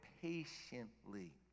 patiently